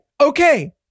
Okay